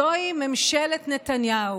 זוהי ממשלת נתניהו,